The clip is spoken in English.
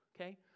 okay